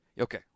Okay